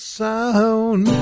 sound